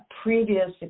previous